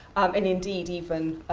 and indeed even